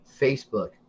Facebook